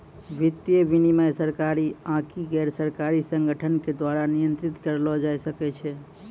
वित्तीय विनियमन सरकारी आकि गैरसरकारी संगठनो के द्वारा नियंत्रित करलो जाय सकै छै